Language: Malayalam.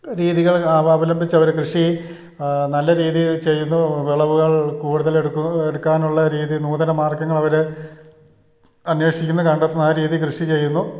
രീതികളിൽ അവലമ്പിച്ചവർ കൃഷി നല്ല രീതിയിൽ ചെയ്യുന്നു വിളവുകൾ കൂടുതലെടുക്കുന്നു എടുക്കാനുള്ള രീതി നൂതന മാർഗ്ഗങ്ങളവർ അന്വേഷിക്കുന്നു കണ്ടെത്തുന്നു ആ രീതി കൃഷി ചെയ്യുന്നു